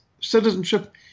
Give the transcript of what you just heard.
citizenship